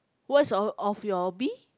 what's of of your hobby